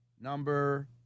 number